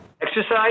Exercise